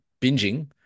Binging